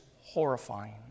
horrifying